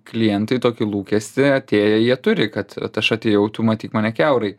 klientai tokį lūkestį atėję jie turi kad vat aš atėjau tu matyk mane kiaurai